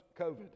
COVID